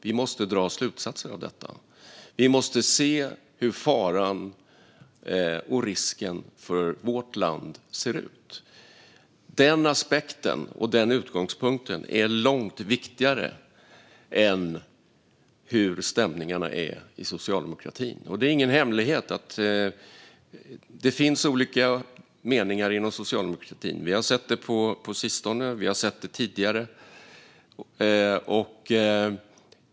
Vi måste dra slutsatser av detta. Vi måste se hur faran och risken för vårt land ser ut. Den aspekten och den utgångspunkten är långt viktigare än hur stämningarna är i socialdemokratin. Det är ingen hemlighet att det finns olika meningar inom socialdemokratin. Vi har sett det på sistone, och vi har sett det tidigare.